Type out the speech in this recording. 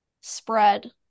spread